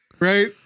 right